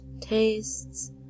tastes